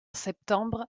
septembre